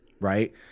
right